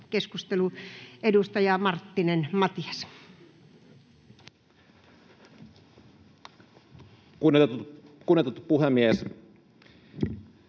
Keskustelu. Edustaja Marttinen, Matias. Kunnioitettu puhemies!